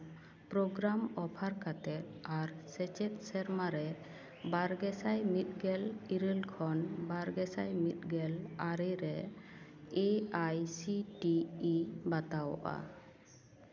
programme ᱚᱯᱷᱟᱨ ᱠᱟᱛᱮ ᱟᱨ ᱥᱮᱪᱮᱫ ᱥᱮᱨᱢᱟ ᱨᱮ ᱵᱟᱨ ᱜᱮ ᱥᱟᱭ ᱢᱤᱫ ᱜᱮᱞ ᱤᱨᱟᱹᱞ ᱠᱷᱚᱱ ᱵᱟᱨ ᱜᱮ ᱥᱟᱭ ᱢᱤᱫ ᱜᱮᱞ ᱟᱨᱮ ᱨᱮ A I C T E ᱵᱟᱛᱟᱣᱚᱜᱼᱟ